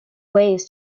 ways